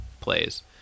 plays